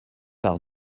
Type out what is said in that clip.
par